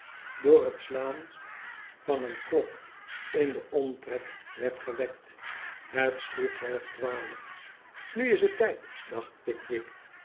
door het slaan van een klok in den omtrek werd gewekt het sloeg halftwaalf nu is het tijd dacht pickwick